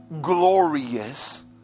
glorious